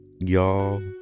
y'all